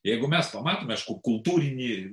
jeigu mes pamatome kultūrinį